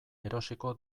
erosiko